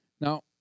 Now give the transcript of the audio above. Now